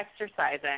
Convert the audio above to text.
exercising